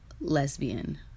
lesbian